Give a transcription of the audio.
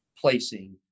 placing